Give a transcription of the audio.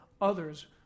others